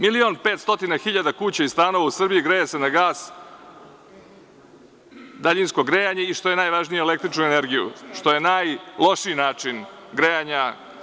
Milion i 500 hiljada kuća i stanova u Srbiji greje se na gas, daljinsko grejanje, i što je najvažnije, na električnu energiju, što je najlošiji način grejanja.